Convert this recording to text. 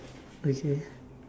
okay